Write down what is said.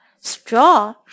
Straw